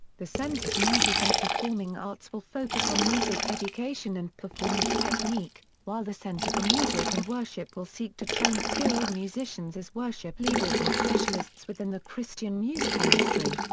the center for music and performing arts will focus on music education and performance technique, while the center for music and worship will seek to train skilled musicians as worship leaders and specialists within the christian music industry.